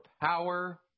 power